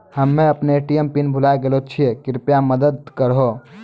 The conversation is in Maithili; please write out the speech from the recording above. हम्मे अपनो ए.टी.एम पिन भुलाय गेलो छियै, कृपया मदत करहो